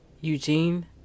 Eugene